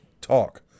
talk